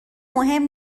مهم